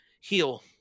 heal